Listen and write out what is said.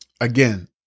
Again